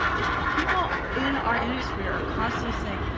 if people in our industry are constantly saying,